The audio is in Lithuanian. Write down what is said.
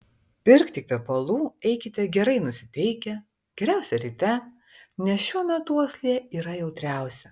pirkti kvepalų eikite gerai nusiteikę geriausia ryte nes šiuo metu uoslė yra jautriausia